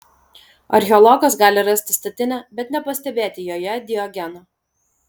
archeologas gali rasti statinę bet nepastebėti joje diogeno